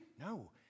No